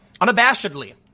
unabashedly